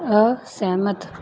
ਅਸਹਿਮਤ